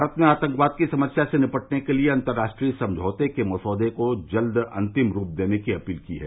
भारत ने आतंकवाद की समस्या से निपटने के लिए अन्तर्राष्ट्रीय समझौते के मसौदे को जल्द अंतिम रूप देने की अपील की है